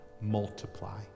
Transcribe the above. multiply